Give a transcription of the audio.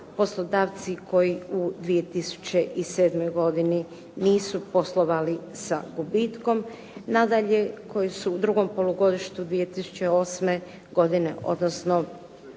poslodavci koji u 2007. godini nisu poslovali sa gubitkom, nadalje koji su u drugom polugodištu 2008. godine, odnosno